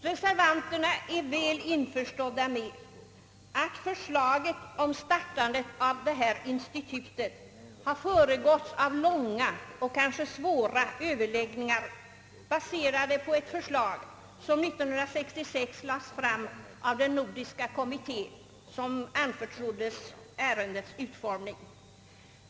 Reservanterna är väl införstådda med att förslaget om startandet av institutet har föregåtts av många och kanske svåra överläggningar, baserade på ett förslag som år 1966 lades fram av den nordiska kommitté som anförtroddes ärendets utformning.